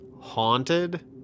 haunted